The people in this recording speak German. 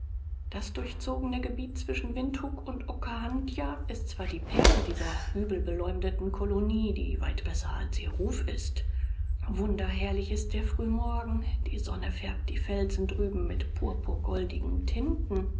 das durchzogene gebiet zwischen windhuk und okahandja ist zwar die perle dieser übel beleumdeten kolonie die weit besser als ihr ruf ist wunderherrlich ist der frühmorgen die sonne färbt die felsen drüben mit purpurgoldigen tinten